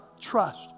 trust